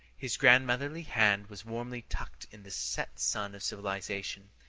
his grandmotherly hand was warmly tucked-in the set sun of civilization,